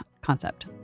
concept